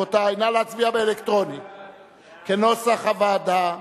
סעיף 1, כהצעת הוועדה, נתקבל.